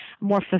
more